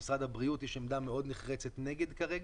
למשרד הבריאות יש עמדה מאוד נחרצת כרגע.